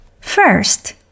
First